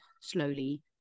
slowly